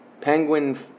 penguin